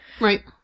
Right